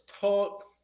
Talk